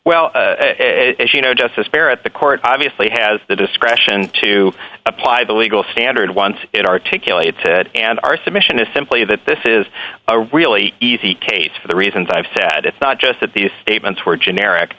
well you know just the spirit the court obviously has the discretion to apply the legal standard once it articulated and our submission is simply that this is a really easy case for the reasons i've said it's not just that these statements were generic